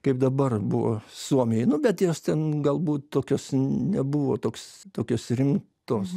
kaip dabar buvo suomijoj nu bet jos ten galbūt tokios nebuvo toks tokios rimtos